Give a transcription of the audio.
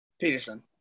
peterson